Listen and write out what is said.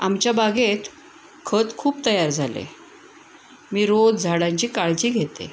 आमच्या बागेत खत खूप तयार झालं आहे मी रोज झाडांची काळजी घेते